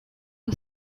are